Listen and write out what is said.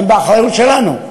הם באחריות שלנו,